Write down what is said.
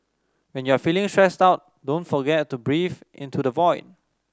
when you are feeling stressed out don't forget to breathe into the void